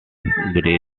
brittany